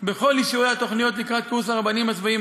בכל אישורי התוכניות לקראת קורס הרבנים הצבאיים